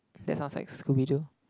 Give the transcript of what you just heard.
that sounds like scooby doo